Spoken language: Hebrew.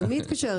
מי התקשר אליך?